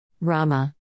Rama